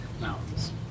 mountains